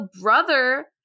brother